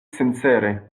sincere